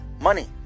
money